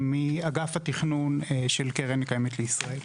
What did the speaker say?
מאגף התכנון של קרן קיימת לישראל.